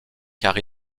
car